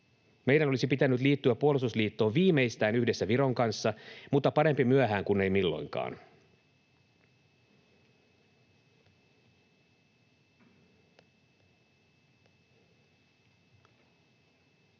Meidän olisi pitänyt liittyä puolustusliittoon viimeistään yhdessä Viron kanssa, mutta parempi myöhään kuin ei milloinkaan.